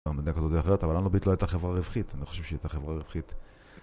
אבל לנו ביט לא הייתה חברה רווחית, אני לא חושב שהייתה חברה רווחית.